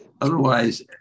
otherwise